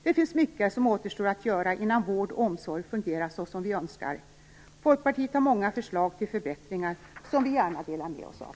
Det finns mycket som återstår att göra innan vård och omsorg fungerar så som vi önskar. Folkpartiet har många förslag till förbättringar som vi gärna delar med oss av.